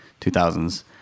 2000s